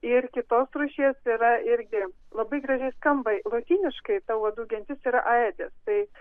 ir kitos rūšies yra irgi labai gražiai skamba lotyniškai ta uodų gentis yra aedis tai